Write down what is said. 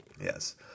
Yes